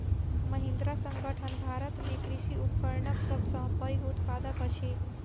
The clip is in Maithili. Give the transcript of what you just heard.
महिंद्रा संगठन भारत में कृषि उपकरणक सब सॅ पैघ उत्पादक अछि